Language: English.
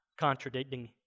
contradicting